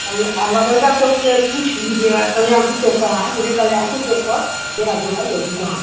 और आ लगौरा सब से पूछ लीजिएगा कल्याणपुर चौक कहाँ है बोलिए कल्याणपुर चौक पर मेरा जो है वह दुकान है